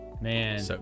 Man